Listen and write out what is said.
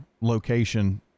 location